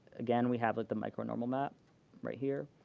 again, we have like the micro normal map right here.